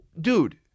dude